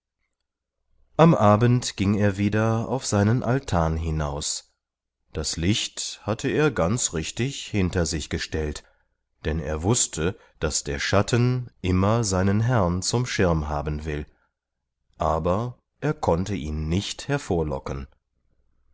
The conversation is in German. am abend ging er wieder auf seinen altan hinaus das licht hatte er ganz richtig hinter sich gestellt denn er wußte daß der schatten immer seinen herrn zum schirm haben will aber er konnte ihn nicht hervorlocken